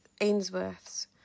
Ainsworth's